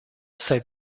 say